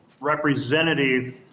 representative